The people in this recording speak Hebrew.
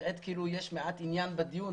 מראה כאילו יש מעט עניין בדיון,